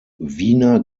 wiener